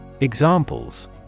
Examples